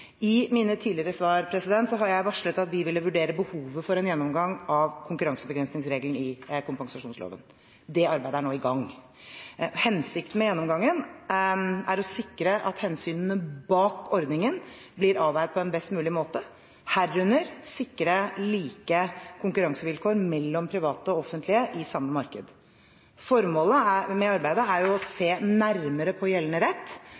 I mine tidligere svar har jeg varslet at vi vil vurdere behovet for en gjennomgang av konkurransebegrensningsregelen i kompensasjonsloven. Det arbeidet er nå i gang. Hensikten med gjennomgangen er å sikre at hensynene bak ordningen blir avveid på en best mulig måte, herunder sikre like konkurransevilkår mellom private og offentlige i samme marked. Formålet med arbeidet er å se nærmere på gjeldende rett